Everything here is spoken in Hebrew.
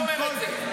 אבל אתה לא אומר את זה,